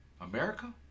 America